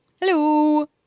Hello